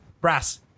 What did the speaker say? brass